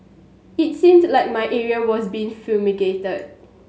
it seemed like my area was being fumigated